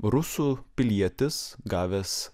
rusų pilietis gavęs